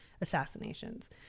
assassinations